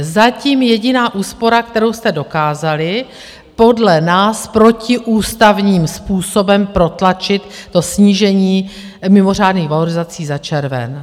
Zatím jediná úspora, kterou jste dokázali, podle nás protiústavním způsobem, protlačit snížení mimořádných valorizací za červen.